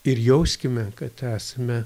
ir jauskime kad esame